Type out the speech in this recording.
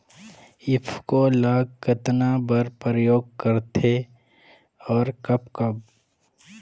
ईफको ल कतना बर उपयोग करथे और कब कब?